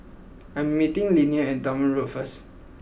I am meeting Leaner at Dunman Road first